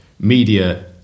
media